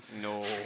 No